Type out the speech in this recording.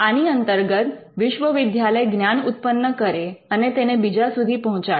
આની અંતર્ગત વિશ્વવિદ્યાલય જ્ઞાન ઉત્પન્ન કરે અને તેને બીજા સુધી પહોંચાડે